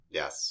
yes